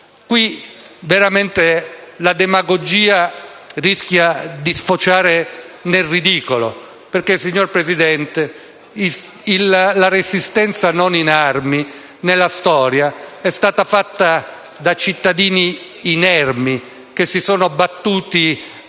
davvero, la demagogia rischia di sfociare nel ridicolo, perché, signor Presidente, la resistenza non in armi, nella storia, è stata fatta da cittadini inermi, che si sono battuti